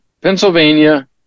Pennsylvania